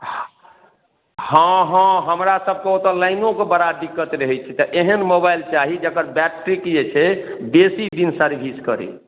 हँ हँ हमरा सभके ओतए लाइनोके बड़ा दिक्कत रहै छै तऽ एहन मोबाइल चाही जकर बैटरी जे छै बेसी दिन सर्विस करै